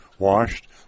Washed